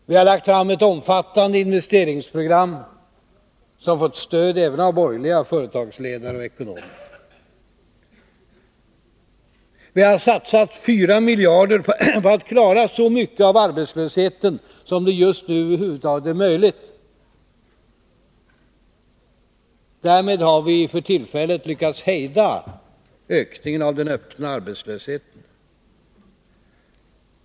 Vi har lagt fram ett omfattande investeringsprogram, som fått stöd även av borgerliga företagsledare och ekonomer. Vi har satsat 4 miljarder kronor på att klara så mycket av arbetslösheten som det just nu över huvud taget är möjligt. Därmed har vi för tillfället lyckats hejda ökningen av den öppna arbetslösheten.